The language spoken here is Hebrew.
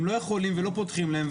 הם לא יכולים ולא פותחים להם,